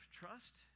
trust